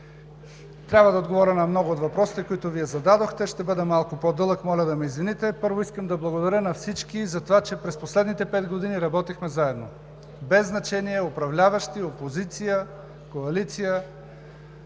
Трябва да отговаря на много от въпросите, които Вие зададохте. Ще бъда малко по-дълъг, моля да ме извините. Първо, искам да благодаря на всички, затова че през последните пет години работихме заедно без значение управляващи, опозиция, коалиция.